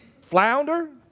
Flounder